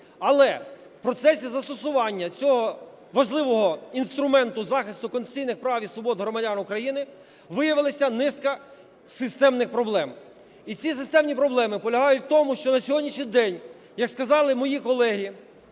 Але в процесі застосування цього важливого інструменту захисту конституційних прав і свобод громадян України виявилася низка системних проблем. І ці системні проблеми полягають у тому, що на сьогоднішній день, як сказали мої колеги,